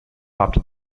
after